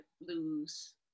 lose